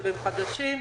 עולים חדשים,